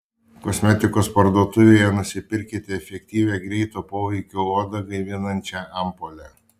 kosmetikos parduotuvėje nusipirkite efektyvią greito poveikio odą gaivinančią ampulę